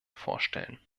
vorstellen